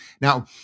Now